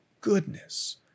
goodness